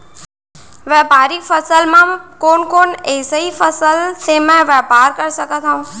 व्यापारिक फसल म कोन कोन एसई फसल से मैं व्यापार कर सकत हो?